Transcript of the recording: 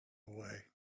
away